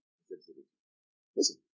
Listen